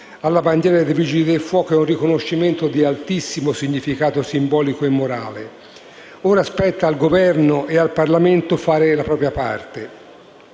alla bandiera dei Vigili del fuoco è un riconoscimento di altissimo significato simbolico e morale. Ora spetta al Governo e al Parlamento fare la propria parte.